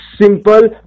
simple